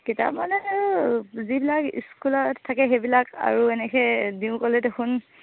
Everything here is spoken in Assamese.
কিতাপ মানে আৰু যিবিলাক স্কুলত থাকে সেইবিলাক আৰু এনেকৈ দিওঁ ক'লে দেখোন